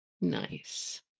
Nice